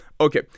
okay